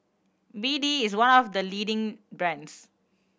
B D is one of the leading brands